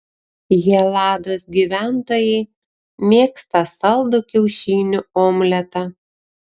helados gyventojai mėgsta saldų kiaušinių omletą